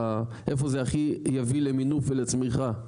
איפה זה הכי יביא למינוף ולצמיחה?